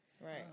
Right